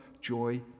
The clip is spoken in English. joy